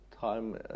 time